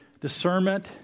discernment